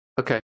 okay